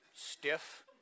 Stiff